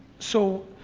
so,